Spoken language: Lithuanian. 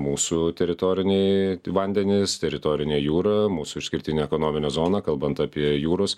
mūsų teritoriniai vandenys teritorinė jūra mūsų išskirtinė ekonominė zona kalbant apie jūros